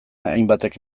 hainbatek